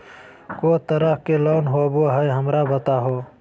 को तरह के लोन होवे हय, हमरा बताबो?